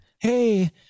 Hey